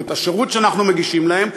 או את השירות שאנחנו מגישים להם,